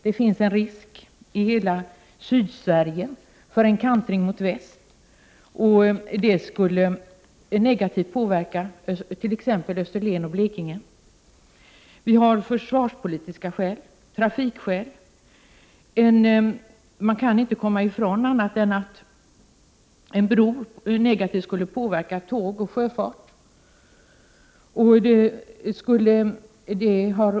Det finns risk i hela Sydsverige för en kantring mot väst, och det skulle negativt påverka exempelvis Österlen och Blekinge. Vi har försvarspolitiska skäl och trafikskäl. Man kan inte komma ifrån att en bro negativt skulle påverka tågtrafik och sjöfart.